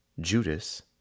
Judas